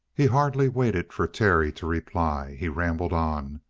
he hardly waited for terry to reply. he rambled on.